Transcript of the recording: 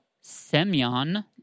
Semyon